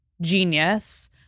genius